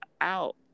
out